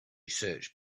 search